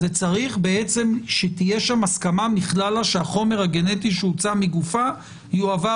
צריכה להיות שם הסכמה מכללא שהחומר הגנטי שהוצא מגופה יועבר